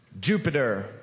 Jupiter